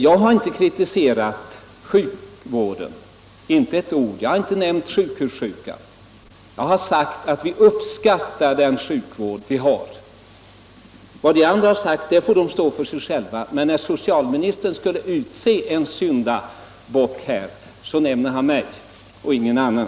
Jag har inte med ett enda ord kritiserat vår sjukvård. Jag har inte nämnt sjukhussjukan. Jag har sagt att vi uppskattar den sjukvård vi har. Vad andra talare sagt får de själva stå för. Men när socialministern här skulle utse en syndabock, så nämnde han mig, ingen annan.